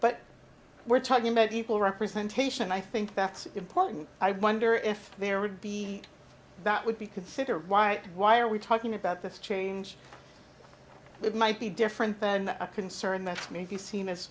but we're talking about equal representation i think that's important i wonder if there would be that would be consider why why are we talking about this change it might be different than a concern that's maybe seen as